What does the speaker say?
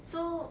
so